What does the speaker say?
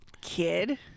kid